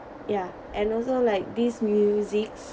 ya and also like this musics